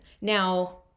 Now